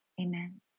Amen